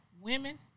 Women